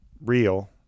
real